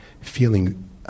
feeling